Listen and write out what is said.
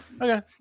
Okay